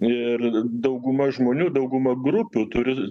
ir dauguma žmonių dauguma grupių turi